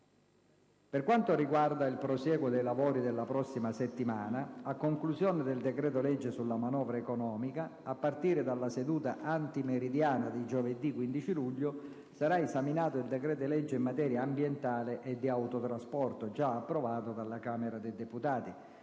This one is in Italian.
Per quanto riguarda il prosieguo dei lavori della prossima settimana, a conclusione del decreto-legge sulla manovra economica, a partire dalla seduta antimeridiana di giovedì 15 luglio sarà esaminato il decreto-legge in materia ambientale e di autotrasporto, già approvato dalla Camera dei deputati.